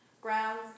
Grounds